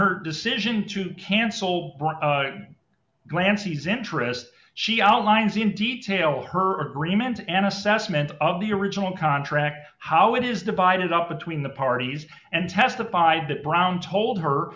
her decision to cancel glances interest she outlines in detail her agreement an assessment of the original contract how it is divided up between the parties and testified that brown told her